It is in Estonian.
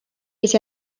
kes